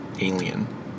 Alien